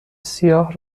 سیاه